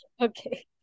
Okay